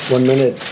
one minute.